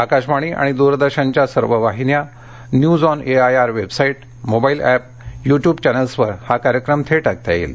आकाशवाणी आणि द्रदर्शनच्या सर्व वाहिन्या news on AIR website mobile app YouTube चॅनल्सवर हा कार्यक्रम थेट ऐकता येईल